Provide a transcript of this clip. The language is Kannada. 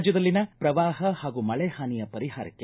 ರಾಜ್ಯದಲ್ಲಿನ ಪ್ರವಾಹ ಹಾಗೂ ಮಳೆ ಹಾನಿಯ ಪರಿಹಾರಕ್ಕೆ